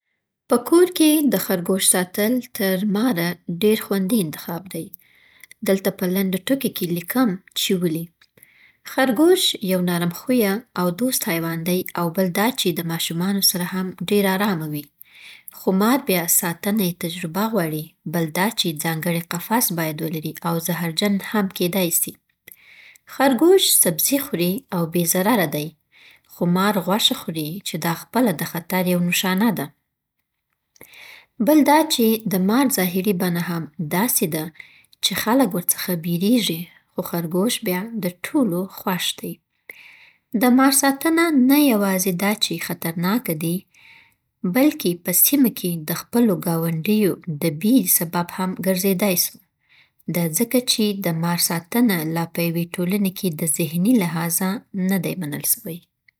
په کور کې د خرګوش ساتل تر ماره ډیر خوندي انتخاب دی. دلته په لنډو ټکو کې لیکم چې ولې؟ خرګوش یو نرم‌خویه او دوست حیوان دی، او بل دا چې د ماشومانو سره هم ډیر آرامه وي. خو مار بیا ساتنه یې تجربه غواړي بل دا چې ځانګری قفس باید ولري او زهرجن هم کیدی سي. خرګوش سبزي خوري او بې ضرره دی، خو مار غوښه خوري چې دا خپله د خطر یوه نښانه ده. بل دا چې د مار ظاهري بڼه هم داسي ده چې خلک ورڅخه بیریږي خو خرګوش بیا د ټولو خوښ دی. د مار ساتنه نه یوازي دا چې خطرناکه دي، بلکې په سیمه کې د خپلو ګاونډیو د بیرې سبب هم ګرځیدی سو، دا ځکه چې د مار ساتنه لا په یوې ټولنې کې د ذهني لحاظه ندی منل سوی.